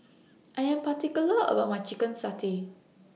I Am particular about My Chicken Satay